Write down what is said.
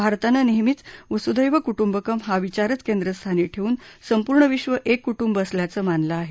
भारतानं नेहमीच वसुदैव कुटूंबकम हा विचारच केंद्रस्थानी ठेवून संपुर्ण विश्व एक कुटूंब असल्याचं मानलं आहे